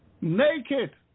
naked